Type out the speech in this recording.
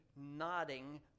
nodding